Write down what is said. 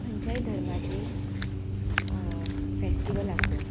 खंयच्याय धर्माचे फेस्टिवल आसूं